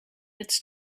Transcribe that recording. its